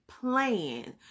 plan